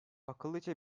akıllıca